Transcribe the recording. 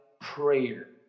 prayer